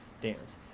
Dance